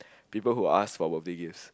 people who ask throughout the years